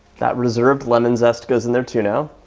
that reserved lemon zest goes in there too now,